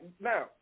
now